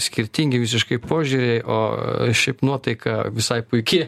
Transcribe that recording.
skirtingi visiškai požiūriai o šiaip nuotaika visai puiki